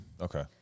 Okay